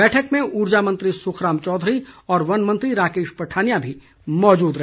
बैठक में ऊर्जा मंत्री सुखराम चौधरी और वन मंत्री राकेश पठानिया भी मौजूद रहे